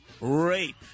Rape